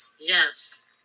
Yes